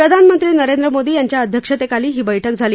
प्रधानमंत्री नरेंद्र मोदी यांच्या अध्यक्षतेखाली ही बैठक झाली